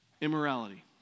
immorality